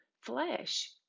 flesh